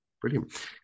Brilliant